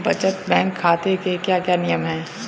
बचत बैंक खाते के क्या क्या नियम हैं?